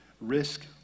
risk